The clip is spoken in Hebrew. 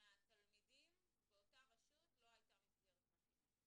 מהתלמידים באותה רשות לא הייתה מסגרת מתאימה.